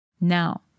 Now